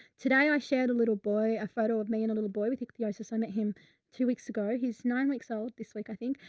today, i shared a little boy, a photo of me and a little boy with ichthyosis. i met him three weeks ago. he's nine weeks old this week, i think,